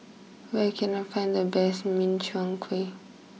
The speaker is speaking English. where can I find the best Min Chiang Kueh